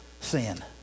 sin